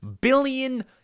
billion